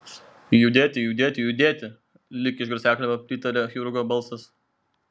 judėti judėti judėti lyg iš garsiakalbio pritaria chirurgo balsas